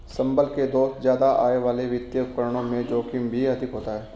संभल के दोस्त ज्यादा आय वाले वित्तीय उपकरणों में जोखिम भी अधिक होता है